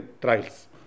trials